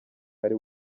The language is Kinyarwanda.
ari